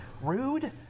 Rude